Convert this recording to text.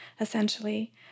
essentially